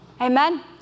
Amen